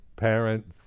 Parents